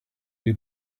you